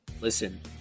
Listen